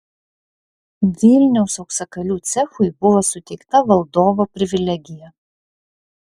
vilniaus auksakalių cechui buvo suteikta valdovo privilegija